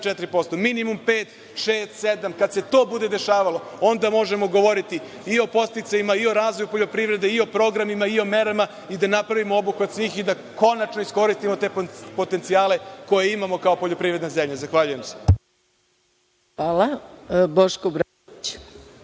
Minimum 5, 6, 7% i kad se to bude dešavalo, onda možemo govoriti i o podsticajima i o razvoju poljoprivrede i programima i o merama i da napravimo obuhvat svih i da konačno iskoristimo te potencijale koje imamo kao poljoprivredna zemlja. Zahvaljujem. **Maja Gojković**